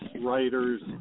writers